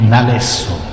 Nalesso